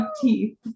teeth